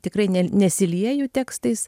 tikrai ne nesilieju tekstais